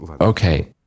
Okay